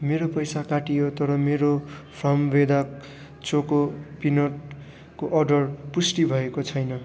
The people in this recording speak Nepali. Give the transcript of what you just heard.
मेरो पैसा काटियो तर मेरो फार्मवेदा चोको पिनटको अर्डर पुष्टि भएको छैन